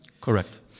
Correct